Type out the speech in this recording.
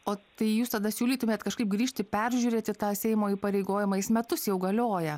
o tai jūs tada siūlytumėt kažkaip grįžti peržiūrėti tą seimo įpareigojimą jis metus jau galioja